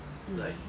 mm